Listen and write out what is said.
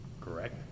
Correct